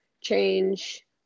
change